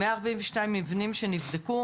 142 מבנים שנבדקו,